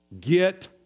get